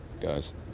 guys